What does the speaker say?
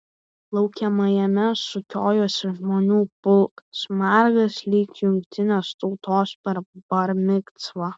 laukiamajame sukiojosi žmonių pulkas margas lyg jungtinės tautos per bar micvą